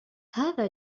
هذا